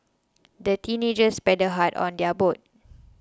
the teenagers paddled hard on their boat